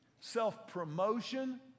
self-promotion